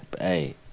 Hey